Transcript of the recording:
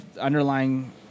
underlying